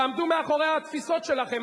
תעמדו מאחורי התפיסות שלכם.